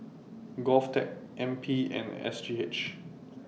Govtech N P and S G H